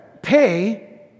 pay